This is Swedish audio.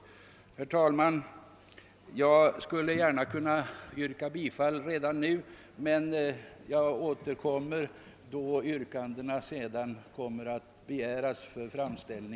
Herr talman! Jag skulle kunna yrka bifall till reservationerna redan nu men ber att få göra det i samband med att övriga yrkanden framställes.